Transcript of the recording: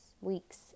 weeks